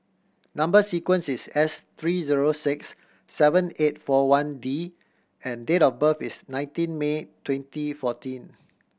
number sequence is S three zero six seven eight four one D and date of birth is nineteen May twenty fourteen